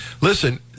Listen